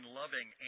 loving